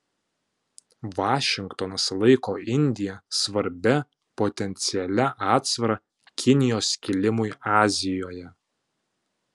vašingtonas laiko indiją svarbia potencialia atsvara kinijos kilimui azijoje